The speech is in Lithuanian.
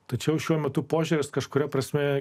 tačiau šiuo metu požiūris kažkuria prasme